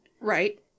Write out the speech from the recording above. right